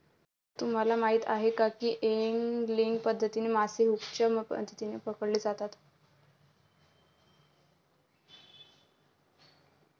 तुम्हाला माहीत आहे का की एंगलिंग पद्धतीने मासे हुकच्या मदतीने पकडले जातात